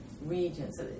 regions